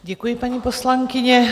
Děkuji, paní poslankyně.